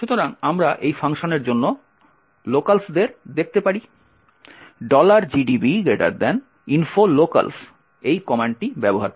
সুতরাং আমরা এই ফাংশনের জন্য স্থানীয়দের দেখতে পারি gdb info locals এই কমান্ডটি ব্যবহার করে